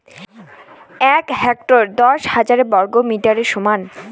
এক হেক্টর দশ হাজার বর্গমিটারের সমান